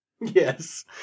Yes